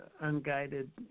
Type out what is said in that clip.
unguided